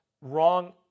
wrong